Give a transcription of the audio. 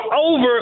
over